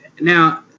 now